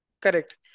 Correct